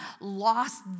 lost